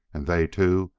and they, too,